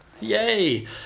Yay